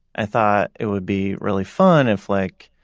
i thought it would be really fun if like